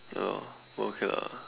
ya lor but okay lah